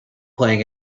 playing